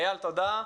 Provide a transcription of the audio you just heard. איל, תודה.